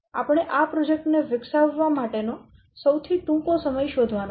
આપણે આ પ્રોજેક્ટ ને વિકસાવવા માટેનો સૌથી ટૂંકો સમય શોધવાનો છે